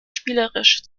spielerisch